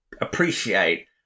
appreciate